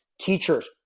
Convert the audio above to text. teachers